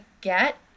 get